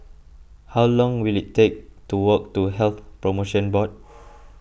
how long will it take to walk to Health Promotion Board